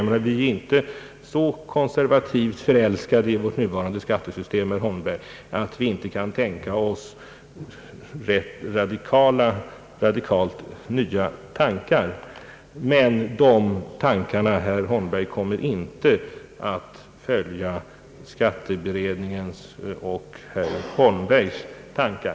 Vi är inte så konservativt förälskade i vårt nuvarande skattesystem, herr Holmberg, att vi inte kan tänka oss rätt radikalt nya tankar, men de tankarna, herr Holmberg, kommer inte att följa skatteberedningens och herr Holmbergs banor.